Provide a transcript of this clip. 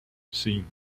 sim